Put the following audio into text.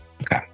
Okay